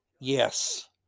Yes